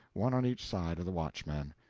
one on each side of the watchman.